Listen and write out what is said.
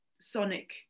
sonic